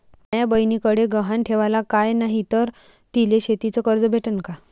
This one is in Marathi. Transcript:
माया बयनीकडे गहान ठेवाला काय नाही तर तिले शेतीच कर्ज भेटन का?